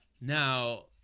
Now